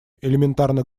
элементарно